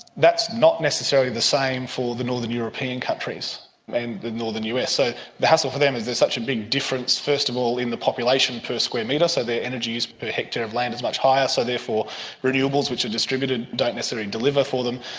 that's not necessarily the same for the northern european countries and the northern us. so the hassle for them is there's such a big difference first of all in the population per square metre, so ah their energy use per hectare of land is much higher, so therefore renewables which are distributed don't necessarily deliver for them.